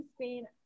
Spain